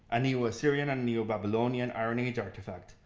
a neo-assyrian and neo-babylonian iron age artifact,